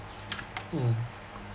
mm